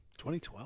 2012